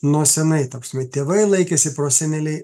nuo senai ta prasme tėvai laikėsi proseneliai